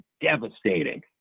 devastating